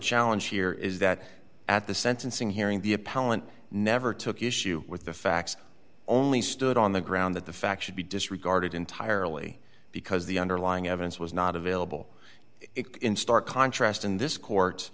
challenge here is that at the sentencing hearing the appellant never took issue with the facts only stood on the ground that the fact should be disregarded entirely because the underlying evidence was not available it in stark contrast in this court